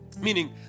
meaning